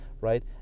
right